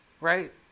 right